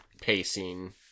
pacing